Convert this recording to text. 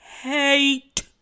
hate